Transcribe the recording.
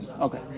Okay